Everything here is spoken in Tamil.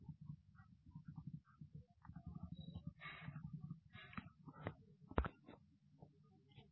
360° ஃபீட்பேக் என்பது தனிநபர் ஒருவருக்கு மேலதிகாரிகள் சப்பார்ட்டினேட்ஸ் மற்றும் சக பணியாளர்களால் அளிக்கப்படும் ஒரு ஃபீட்பேக் ஆகும்